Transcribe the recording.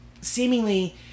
seemingly